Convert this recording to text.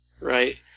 Right